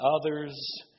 Others